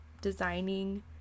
designing